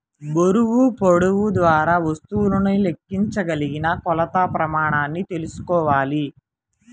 బరువు, పొడవు ద్వారా వస్తువులను లెక్కించగలిగిన కొలత ప్రమాణాన్ని తెల్సుకోవాలి